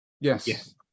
yes